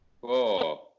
Four